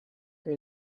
che